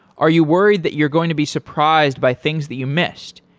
are you worried that you're going to be surprised by things that you missed,